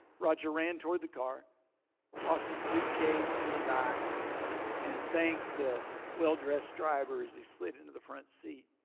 roger ran toward the car toss his suitcase in the back and thanked the well-dressed driver as he slid into the front seat.